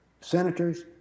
senators